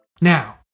Now